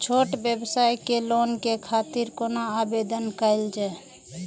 छोट व्यवसाय के लोन के खातिर कोना आवेदन कायल जाय?